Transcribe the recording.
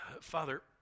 Father